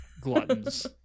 Gluttons